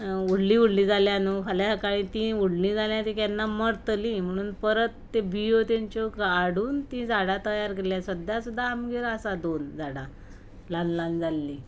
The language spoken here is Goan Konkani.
व्हडलीं व्हडलीं जाल्यां न्हू फाल्यां काय तीं व्हडलीं जाल्यां तीं केन्ना मरतलीं म्हणून परत ते बियो तांच्यो काडून तीं झाडां तयार केल्लीं सदां सदां आमगेर आसा दोन झाडां ल्हान ल्हान जाल्लीं